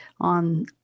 on